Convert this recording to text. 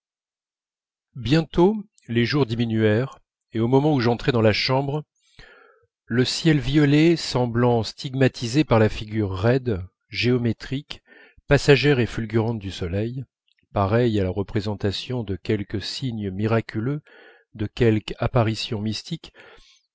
bientôt les jours diminuèrent et au moment où j'entrais dans la chambre le ciel violet semblait stigmatisé par la figure raide géométrique passagère et fulgurante du soleil pareille à la représentation de quelque signe miraculeux de